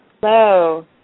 Hello